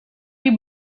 you